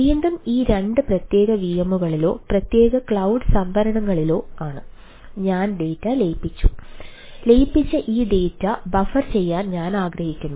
വീണ്ടും ഈ 2 പ്രത്യേക വിഎമ്മുകളിലോ പ്രത്യേക ക്ലൌഡ് ബഫർ ചെയ്യാൻ ഞാൻ ആഗ്രഹിക്കുന്നു